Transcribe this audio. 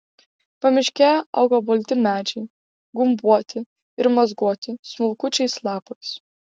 pamiškėje augo balti medžiai gumbuoti ir mazguoti smulkučiais lapais